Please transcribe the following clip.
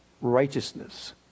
righteousness